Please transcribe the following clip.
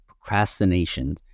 procrastination